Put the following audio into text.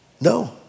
No